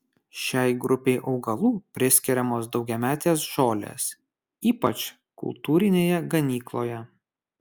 šiai grupei augalų priskiriamos daugiametės žolės ypač kultūrinėje ganykloje